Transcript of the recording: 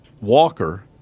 Walker